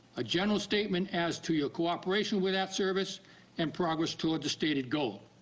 a general statement as to your cooperation with that surface and progress toward the stated goal.